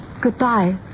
Goodbye